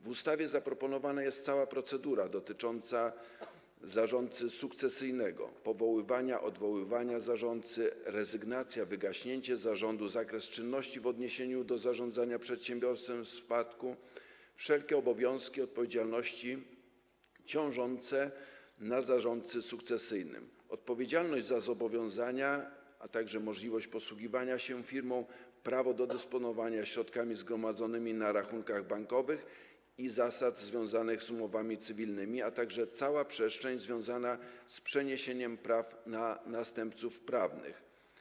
W ustawie zaproponowana jest cała procedura dotycząca zarządcy sukcesyjnego: powoływanie i odwoływanie zarządcy, rezygnacja, wygaśnięcie zarządu, zakres czynności w odniesieniu do zarządzania przedsiębiorstwem w spadku, wszelkie obowiązki ciążące na zarządcy sukcesyjnym i jego odpowiedzialność, odpowiedzialność za zobowiązania, a także możliwość posługiwania się firmą, prawo do dysponowania środkami zgromadzonymi na rachunkach bankowych, zasady związane z umowami cywilnymi, a także cała przestrzeń związana z przeniesieniem praw na następców prawnych.